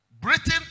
Britain